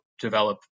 develop